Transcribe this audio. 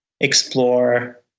explore